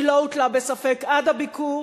היא לא הוטלה בספק עד הביקור.